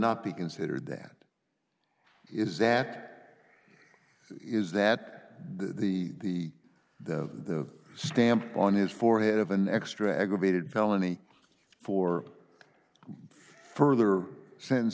not be considered that is that is that the the the stamp on his forehead of an extra aggravated felony for further sends